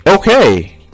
Okay